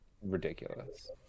ridiculous